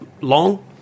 long